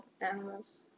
animals